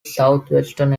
southwestern